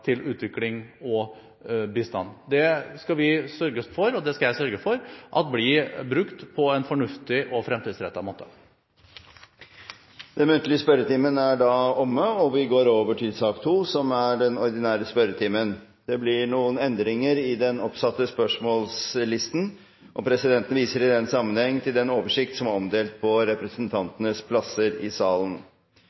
til utvikling og bistand. Det skal vi sørge for, og de midlene skal jeg sørge for blir brukt på en fornuftig og fremtidsrettet måte. Den muntlige spørretimen er da omme. Det blir noen endringer i den oppsatte spørsmålslisten. Presidenten viser i den sammenheng til den oversikten som er omdelt på